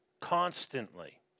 constantly